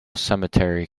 cemetery